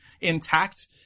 intact